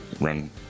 run